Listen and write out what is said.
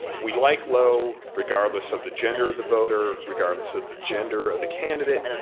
we like low regardless of the gender of the voter, regardless of the gender of the candidate,